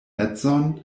edzon